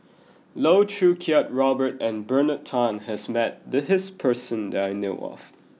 Loh Choo Kiat Robert and Bernard Tan has met this person that I know of